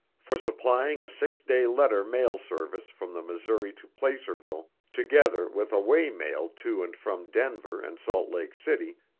for supplying a six day letter mail service from the missouri to placerville together with a way mail to and from denver and salt lake city,